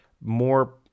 more